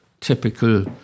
typical